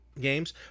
games